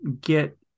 get